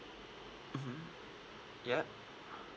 mmhmm yup